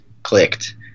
clicked